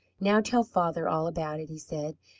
now tell father all about it, he said.